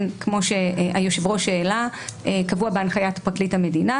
כמו שהעלה היושב-ראש קבוע בהנחיית פרקליט המדינה.